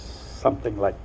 something like